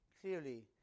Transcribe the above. clearly